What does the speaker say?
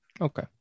Okay